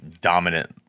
dominant